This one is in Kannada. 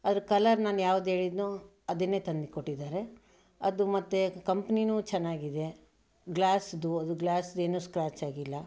ಅದರ ಕಲರ್ ನಾನ್ಯಾವುದು ಹೇಳಿದ್ದೆನೋ ಅದನ್ನೇ ತಂದುಕೊಟ್ಟಿದ್ದಾರೆ ಅದು ಮತ್ತು ಕಂಪ್ನಿಯೂ ಚೆನ್ನಾಗಿದೆ ಗ್ಲಾಸ್ದು ಅದು ಗ್ಲಾಸ್ದೇನೂ ಸ್ಕ್ರಾಚ್ ಆಗಿಲ್ಲ